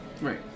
right